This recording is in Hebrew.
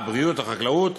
הרווחה, הבריאות והחקלאות